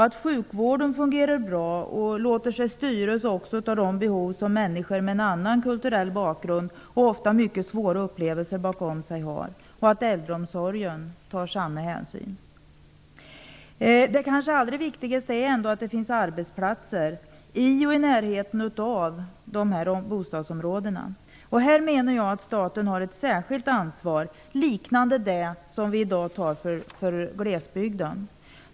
Även sjukvården måste fungera bra och den måste låta sig styras av de behov som människor med en annan kulturell bakgrund och med svåra upplevelser bakom sig har. Också inom äldreomsorgen måste man ta samma hänsyn. Det kanske allra viktigaste är att det finns arbetsplatser i och i närheten av dessa bostadsområden. Här menar jag att staten har ett särskilt ansvar liknande det som vi i dag har för glesbygden.